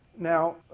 Now